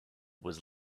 was